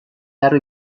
largo